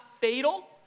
fatal